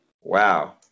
Wow